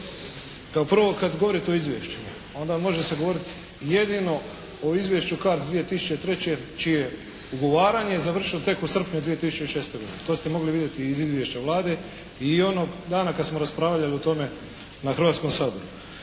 Kao prvo kad govorite o izvješću onda može se govoriti jedino o izvješću Cards 2003. čije je ugovaranje završilo tek u srpnju 2006. godine. To ste mogli vidjeti i iz izvješća Vlade. I onog dana kad smo raspravljali o tome na Hrvatskom saboru.